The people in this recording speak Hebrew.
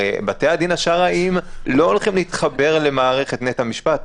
הרי בתי הדין השרעיים לא הולכים להתחבר למערכת נט"ע משפט,